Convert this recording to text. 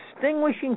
distinguishing